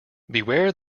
beware